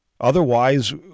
otherwise